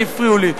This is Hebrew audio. כי הפריעו לי.